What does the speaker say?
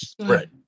Right